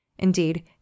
Indeed